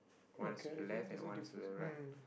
one's to the left and one is to the right